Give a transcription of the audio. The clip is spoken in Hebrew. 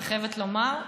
אני חייבת לומר.